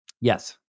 Yes